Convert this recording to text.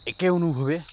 একে অনুভৱে